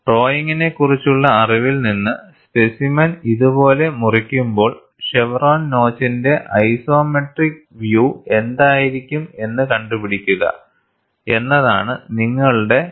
ഡ്രോയിംഗിനെക്കുറിച്ചുള്ള അറിവിൽ നിന്ന് സ്പെസിമെൻ ഇതുപോലെ മുറിക്കുമ്പോൾ ഷെവ്റോൺ നോച്ചിന്റെ ഐസോമെട്രിക് വ്യൂ എന്തായിരിക്കും എന്ന് കണ്ടുപിടിക്കുക എന്നതാണ് നിങ്ങളുടെ എക്സ്ർസൈസ്